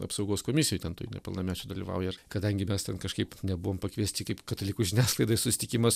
apsaugos komisijoj ten toj nepilnamečių dalyvauja ir kadangi mes ten kažkaip nebuvom pakviesti kaip katalikų žiniasklaidai susitikimas